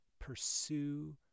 pursue